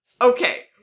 Okay